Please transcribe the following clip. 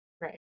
Right